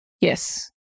yes